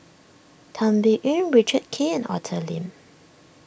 Tan Biyun Richard Kee and Arthur Lim